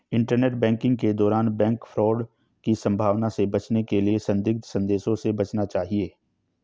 internet banking के दौरान bank fraud की संभावना से बचने के लिए संदिग्ध संदेशों से बचना चाहिए